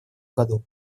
году